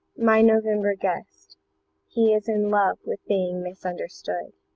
my november guest he is in love with being misunderstood.